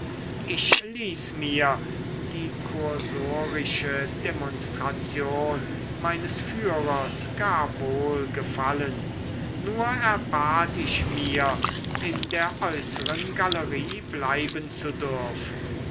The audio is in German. ich ließ mir die kursorische demonstration meines führers gar wohl gefallen nur erbat ich mir in der äußeren galerie bleiben zu dürfen